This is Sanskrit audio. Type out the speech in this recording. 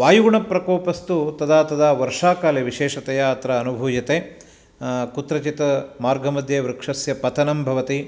वायुगुणप्रकोपस्तु तदा तदा वर्षाकाले विशेषतया अत्र अनुभूयते कुत्रचित् मार्गमध्ये वृक्षस्य पतनं भवति